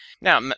Now